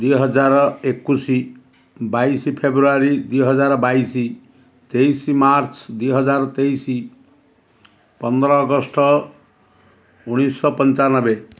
ଦୁଇହଜାର ଏକୋଇଶ ବାଇଶ ଫେବୃଆରୀ ଦୁଇହଜାର ବାଇଶ ତେଇଶ ମାର୍ଚ୍ଚ ଦୁଇହଜାର ତେଇଶ ପନ୍ଦର ଅଗଷ୍ଟ ଉଣେଇଶହ ପଞ୍ଚାନବେ